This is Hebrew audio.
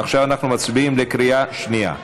עכשיו אנחנו מצביעים בקריאה שנייה.